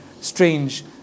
strange